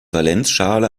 valenzschale